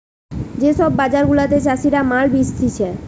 যে সব বাজার গুলাতে চাষীরা মাল বেচতিছে